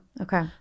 Okay